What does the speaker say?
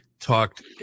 talked